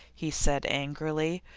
he said, angrily.